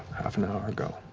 half an hour ago?